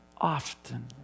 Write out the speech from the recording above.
often